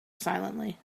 silently